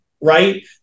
right